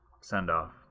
send-off